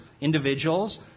individuals